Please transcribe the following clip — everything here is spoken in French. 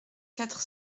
quatre